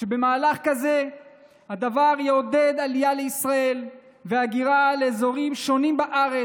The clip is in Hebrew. שמהלך כזה יעודד עלייה לישראל והגירה לאזורים השונים בארץ,